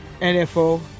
NFO